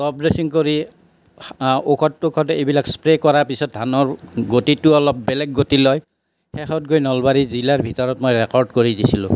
top dressing কৰি ঔষধ টৌষধ এইবিলাক স্প্ৰে কৰাৰ পিছত ধানৰ গতিটো অলপ বেলেগ গতি লয় শেষত গৈ নলবাৰী জিলাৰ ভিতৰত মই ৰেকৰ্ড কৰি দিছিলোঁ